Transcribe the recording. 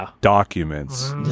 documents